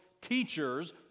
teachers